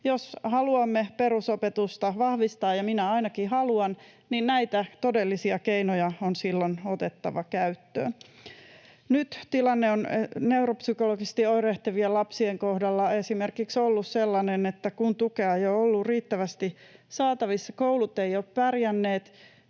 Jos haluamme perusopetusta vahvistaa — ja minä ainakin haluan — niin näitä todellisia keinoja on silloin otettava käyttöön. Nyt tilanne on esimerkiksi neuropsykologisesti oirehtivien lapsien kohdalla ollut sellainen, että kun tukea ei ole ollut riittävästi saatavissa, koulut eivät ole pärjänneet